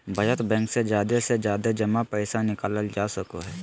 बचत बैंक से जादे से जादे जमा पैसा निकालल जा सको हय